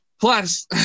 Plus